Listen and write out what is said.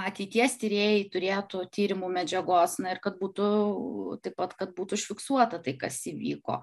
ateities tyrėjai turėtų tyrimų medžiagos na ir kad būtų taip pat kad būtų užfiksuota tai kas įvyko